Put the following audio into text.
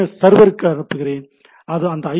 S சர்வருக்கு அனுப்புகிறேன் அது இந்த ஐ